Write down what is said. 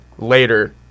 Later